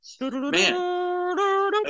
man